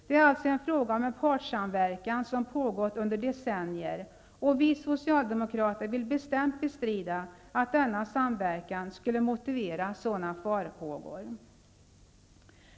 Det är alltså fråga om en partssamverkan som har pågått under decennier, och vi socialdemokrater vill bestämt bestrida att denna samverkan skulle motivera sådana farhågor.